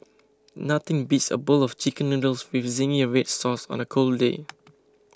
nothing beats a bowl of Chicken Noodles with Zingy Red Sauce on a cold day